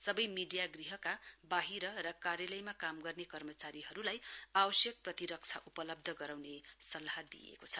सबै मीडिया गृहका बाहिर र कार्यालयमा काम गर्ने कर्मचारीहरूलाई आवश्यक प्रतिरक्षा उपलब्ध गराउने सल्लाह दिइएको छ